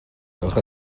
gwelwch